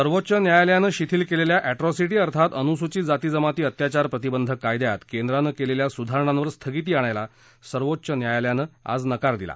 सर्वोच्च न्यायालयानं शिथिल केलेल्या एट्रॉसिटी अर्थात अनुसूचित जाती जमाती अत्याचार प्रतिबंधक कायद्यात केंद्रानं केलेल्या सुधारणांवर स्थगिती आणायला सर्वेच्च न्यायालयानं आज नकार दिला